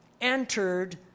entered